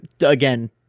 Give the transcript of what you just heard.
again